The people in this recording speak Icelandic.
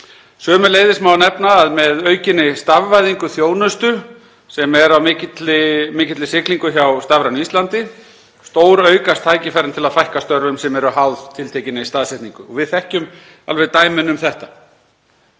Sömuleiðis má nefna að með aukinni stafvæðingu þjónustu, sem er á mikilli siglingu hjá Stafrænu Íslandi, stóraukast tækifærin til að fækka störfum sem eru háð tiltekinni staðsetningu og við þekkjum alveg dæmin um þetta.